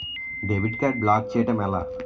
Debit card block చేయటం ఎలా?